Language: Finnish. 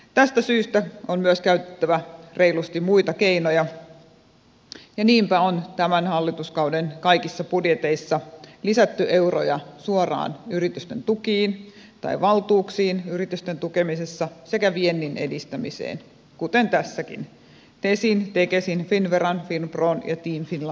tästä syystä on myös käytettävä reilusti muita keinoja ja niinpä on tämän hallituskauden kaikissa budjeteissa lisätty euroja suoraan yritysten tukiin tai valtuuksiin yritysten tukemisessa sekä viennin edistämiseen kuten tässäkin tesin tekesin finnveran finpron ja team finlandin kautta